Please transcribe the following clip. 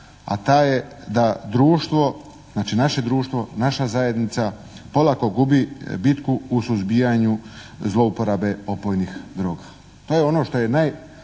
a ta je da društvo, znači naše društvo, naša zajednica olako gubi bitku u suzbijanju zlouporabe opojnih droga.